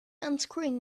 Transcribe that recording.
unscrewing